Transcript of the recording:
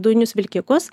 dujinius vilkikus